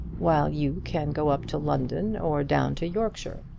while you can go up to london or down to yorkshire.